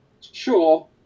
Sure